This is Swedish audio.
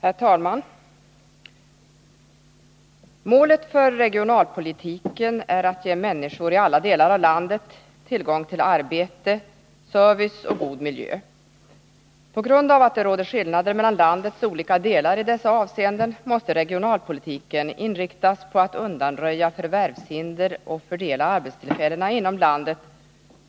Herr talman! Målet för regionalpolitiken är att ge människor i alla delar av landet tillgång till arbete, service och god miljö. På grund av att det råder skillnader mellan landets olika delar i dessa avseenden måste regionalpolitiken inriktas på att undanröja förvärvshinder och fördela arbetstillfällena inom landet